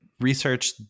research